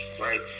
right